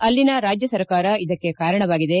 ಅಲ್ಲಿನ ರಾಜ್ಯ ಸರ್ಕಾರ ಇದಕ್ಕೆ ಕಾರಣವಾಗಿದೆ